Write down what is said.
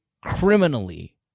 criminally